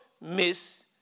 miss